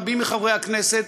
רבים מחברי הכנסת,